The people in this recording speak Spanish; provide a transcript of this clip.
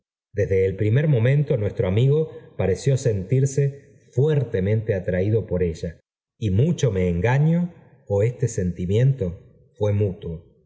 desde el primer momento nuestro amigo pareció sentirse fuertemente atraído por ella y mucho me engaño ó este sentimiento fue mutuo